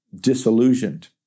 disillusioned